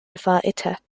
الفائتة